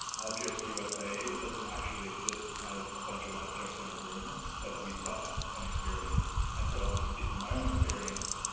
objects usa doesn't actually exist as a bunch of objects in a room that we saw and experienced, and so i'll just speak for my own experience,